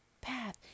path